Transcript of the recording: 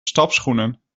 stapschoenen